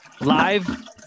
Live